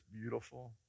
beautiful